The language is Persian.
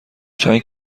چند